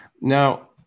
Now